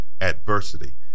adversity